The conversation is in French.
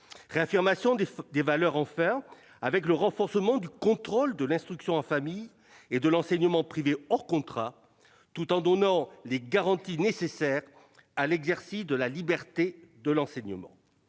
réaffirmées, avec le renforcement du contrôle de l'instruction en famille et de l'enseignement privé hors contrat, tout en donnant les garanties nécessaires à l'exercice de la liberté de l'enseignement.